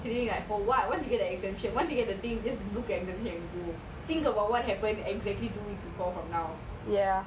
if it then then you continue at home then once once you get the thing the exemptions then book